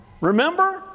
Remember